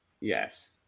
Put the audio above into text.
Yes